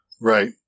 Right